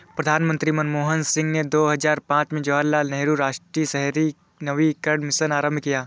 प्रधानमंत्री मनमोहन सिंह ने दो हजार पांच में जवाहरलाल नेहरू राष्ट्रीय शहरी नवीकरण मिशन आरंभ किया